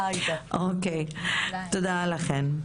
תודה לכן.